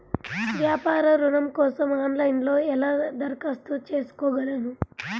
వ్యాపార ఋణం కోసం ఆన్లైన్లో ఎలా దరఖాస్తు చేసుకోగలను?